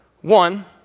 One